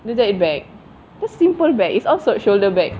dia jahit bag just simple bag it's all shou~ shoulder bag